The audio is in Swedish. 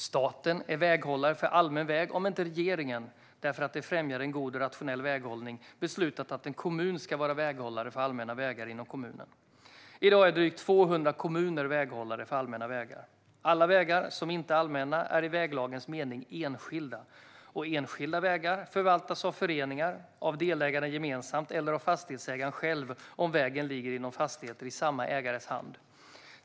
Staten är väghållare för allmän väg om inte regeringen - därför att det främjar en god och rationell väghållning - beslutat att en kommun ska vara väghållare för allmänna vägar inom kommunen. I dag är drygt 200 kommuner väghållare för allmänna vägar. Alla vägar som inte är allmänna är i väglagens mening enskilda. Enskilda vägar förvaltas av föreningar, av delägarna gemensamt eller av fastighetsägaren själv om vägen ligger inom fastigheter i samma ägares hand.